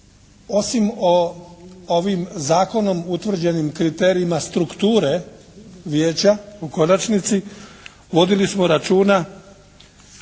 osim o ovim zakonom utvrđenim kriterijima strukture vijeća u konačnici vodili smo računa